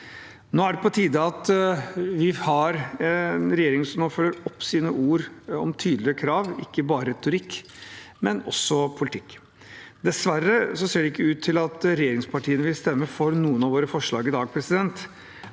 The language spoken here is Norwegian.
Nå er det på tide at vi får en regjering som følger opp sine ord om tydelige krav – ikke bare retorikk, men også politikk. Dessverre ser det ikke ut til at regjeringspartiene vil stemme for noen av våre forslag i dag. Det